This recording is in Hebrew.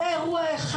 זה אירוע אחד.